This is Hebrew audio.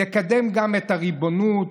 נקדם גם את הריבונות,